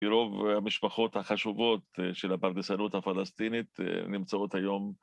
כי רוב המשפחות החשובות של הפרדסנות הפלסטינית נמצאות היום.